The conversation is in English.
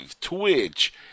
Twitch